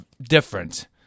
different